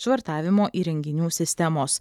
švartavimo įrenginių sistemos